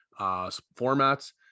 formats